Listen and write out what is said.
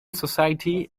society